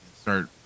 start